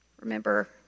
remember